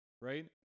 right